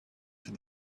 for